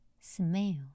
smell